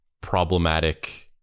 problematic